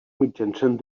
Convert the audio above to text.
mitjançant